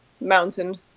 mountain